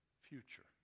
future